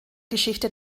geschichte